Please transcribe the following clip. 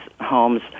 homes